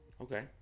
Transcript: Okay